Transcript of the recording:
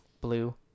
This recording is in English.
Blue